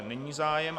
Není zájem.